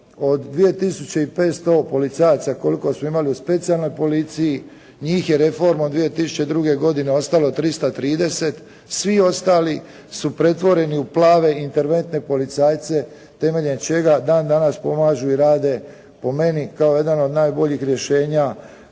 od 2500 policajaca koliko smo imali u specijalnoj policiji, njih je reformom 2002. godine ostalo 330, svi ostali su pretvoreni u plave, interventne policajce temeljem čega dan danas pomažu i rade po meni kao jedan od najboljih rješenja